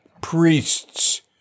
priests